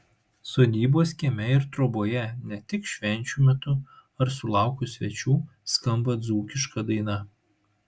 sodybos kieme ir troboje ne tik švenčių metu ar sulaukus svečių skamba dzūkiška daina